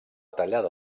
tallada